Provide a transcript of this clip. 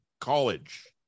College